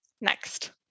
next